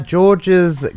George's